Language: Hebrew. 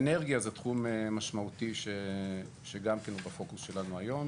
אנרגיה זה תחום משמעותי שגם כן הוא בפוקוס שלנו היום.